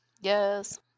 Yes